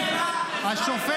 --- להכות